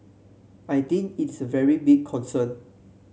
I think it's a very big concern